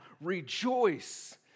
Rejoice